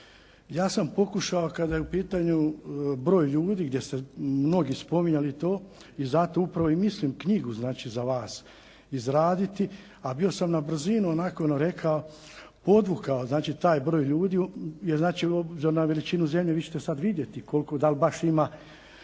Ja sam pokušao kada je u pitanju broj ljudi gdje ste mnogi spominjali to i zato upravo i mislim knjigu znači za vas izraditi, a bio sam na brzinu onako ono rekao, odvukao taj broj ljudi je znači … /Govornik se ne razumije./ … na veličinu zemlje. Vi ćete sad vidjeti koliko, da li baš ima